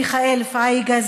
מיכאל פייגה,